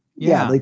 yeah. like